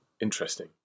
interesting